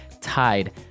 tied